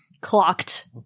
Clocked